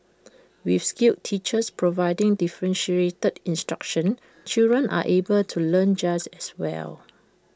with skilled teachers providing differentiated instruction children are able to learn just as well